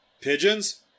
Pigeons